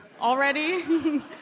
already